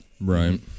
Right